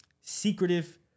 secretive